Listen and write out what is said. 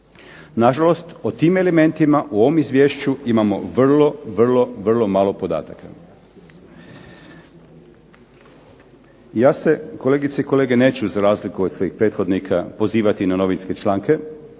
Na žalost, o tim elementima u ovom izvješću imamo vrlo, vrlo malo podataka. Ja se kolegice i kolege neću za razliku od svojih prethodnika pozivati na novinske članke.